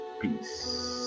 peace